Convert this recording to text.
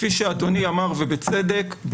כפי שאדוני אמר ובצדק,